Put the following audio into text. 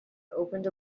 opened